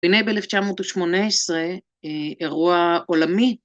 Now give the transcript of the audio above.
והנה ב-1918 אירוע עולמי.